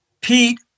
Pete